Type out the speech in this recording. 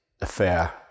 affair